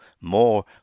more